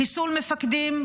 חיסול מפקדים,